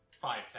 five